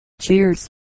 cheers